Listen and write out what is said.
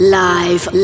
live